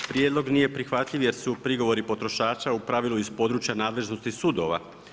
Prijedlog nije prihvatljiv jer su prigovori potrošača u pravilu iz područja nadležnosti sudova.